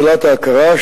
שאלת ההכרה,